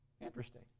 Interesting